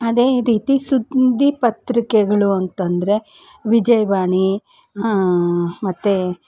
ಅದೇ ರೀತಿ ಸುದ್ದಿಪತ್ರಿಕೆಗಳು ಅಂತಂದರೆ ವಿಜಯವಾಣಿ ಮತ್ತು